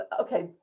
okay